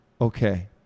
okay